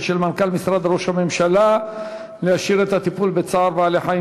של מנכ"ל משרד ראש הממשלה להשאיר את הטיפול בתחום צער בעלי-חיים